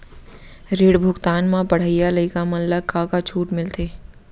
ऋण भुगतान म पढ़इया लइका मन ला का का छूट मिलथे?